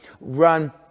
run